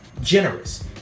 Generous